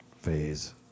phase